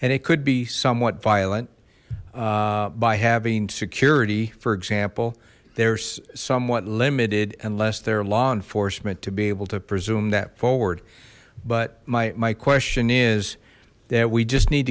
and it could be somewhat violent by having security for example there's somewhat limited unless they're law enforcement to be able to presume that forward but my question is that we just need